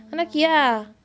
anaqi ah